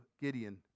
Gideon